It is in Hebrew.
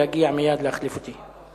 להגיע מייד להחליף אותי.